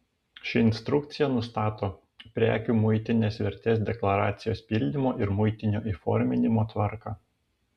ši instrukcija nustato prekių muitinės vertės deklaracijos pildymo ir muitinio įforminimo tvarką